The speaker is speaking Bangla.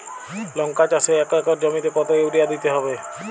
লংকা চাষে এক একর জমিতে কতো ইউরিয়া দিতে হবে?